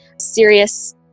serious